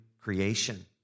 creation